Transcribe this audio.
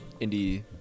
indie